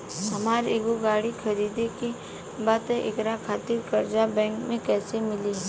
हमरा एगो गाड़ी खरीदे के बा त एकरा खातिर कर्जा बैंक से कईसे मिली?